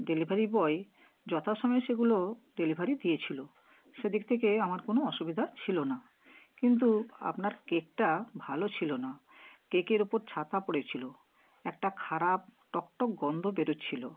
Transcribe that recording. delivery boy যথা সময়ে সেগুলো ডেলিভারি দিয়েছিলো সেদিক থেকে আমার কোনো অসুবিধা ছিলো না কিন্তু আপনার কেকটা ভালো ছিলো না কেকের উপর ছাতা পড়েছিলো একটা খারাপ টক টক গন্ধ বেরোচ্ছিলো